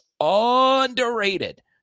underrated